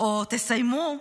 או תסיימו,